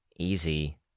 Easy